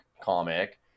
comic